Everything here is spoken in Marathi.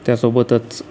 त्यासोबतच